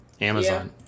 Amazon